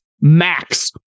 max